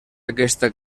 aquesta